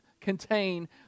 contain